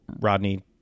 rodney